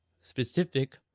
specific